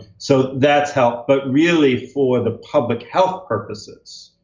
so that's helped. but really, for the public health purposes,